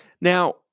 Now